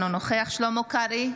אינו נוכח שלמה קרעי,